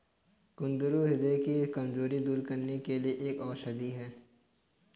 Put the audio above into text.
कुंदरू ह्रदय की कमजोरी दूर करने के लिए एक औषधि है